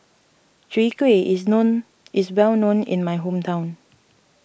Chwee Kueh is known is well known in my hometown